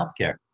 healthcare